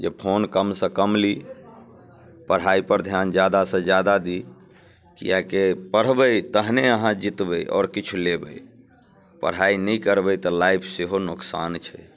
जे फोन कमसँ कम ली पढ़ाइपर ध्यान ज्यादासँ ज्यादा दी किआकि पढ़बै तखने अहाँ जीतबै आओर किछु लेबै पढ़ाइ नहि करबै तऽ लाइफ सेहो नोकसान छै